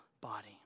body